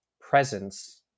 presence